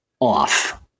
off